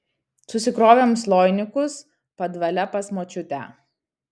susikrovėm sloinikus padvale pas močiutę